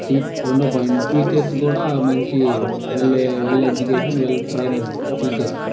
tea రెండవ point teachers కూడా మంచి well well education well trained teachers